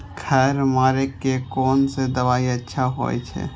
खर मारे के कोन से दवाई अच्छा होय छे?